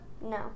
No